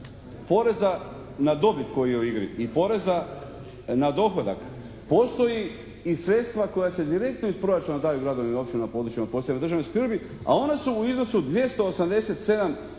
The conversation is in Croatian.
poreza na dobit koji je u igri i poreza na dohodak postoji i sredstva koja se direktno iz proračuna daju gradovima, općinama na područjima od posebne državne skrbi a one su u iznosu od